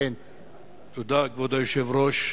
כבוד היושב-ראש,